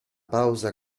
pausa